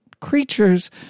creatures